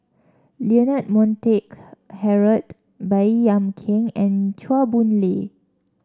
Leonard Montague Harrod Baey Yam Keng and Chua Boon Lay